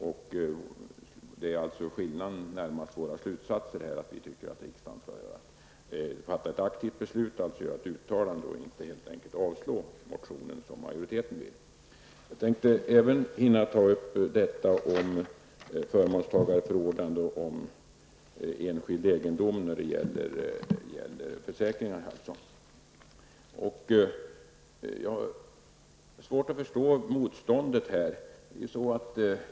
Skillnaden vad gäller de slutsatser som dras är väl närmast att vi reservanter tycker att riksdagen skall vara aktiv här och göra ett uttalande i stället för att, som majoriteten vill, helt enkelt avslå motionen. Jag tänkte att jag också skulle hinna med att ta upp frågan om förmånstagarförordnande om enskild egendom när det gäller försäkringar. Det är svårt för mig att förstå motståndet här.